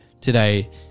today